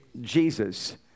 Jesus